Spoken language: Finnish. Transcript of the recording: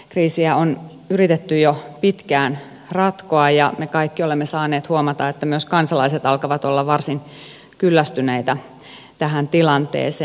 kriisiä on yritetty jo pitkään ratkoa ja me kaikki olemme saaneet huomata että myös kansalaiset alkavat olla varsin kyllästyneitä tähän tilanteeseen